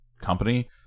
company